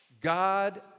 God